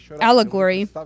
allegory